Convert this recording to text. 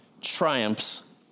triumphs